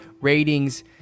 ratings